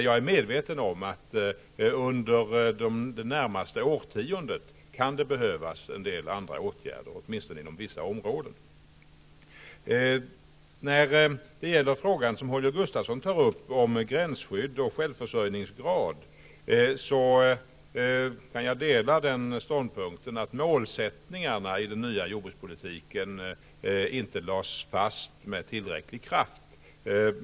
Jag är medveten om att under det närmaste årtiondet kan det behövas en del andra åtgärder, åtminstone inom vissa områden. Holger Gustafsson tog upp frågan om gränsskydd och självförsörjningsgrad. Jag delar ståndpunkten att målsättningarna i den nya jordbrukspolitiken inte lades fast med tillräcklig kraft.